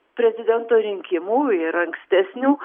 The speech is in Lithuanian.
prezidento rinkimų ir ankstesnių